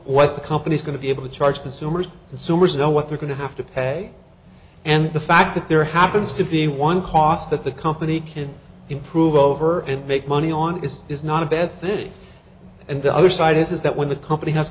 what the company's going to be able to charge consumers and summers know what they're going to have to pay and the fact that there happens to be one cost that the company can improve over and make money on is is not a bad thing and the other side is that when the company has